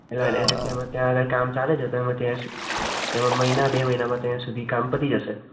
ના એને તે ત્યાં આગળ કામ ચાલે છે તો એમાં ત્યાં સિક એમાં મહિના બે મહિનામાં ત્યાં સુધી કામ પતી જશે